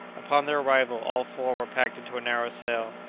upon their arrival all four were packed into a narrow cell,